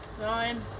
nine